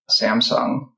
Samsung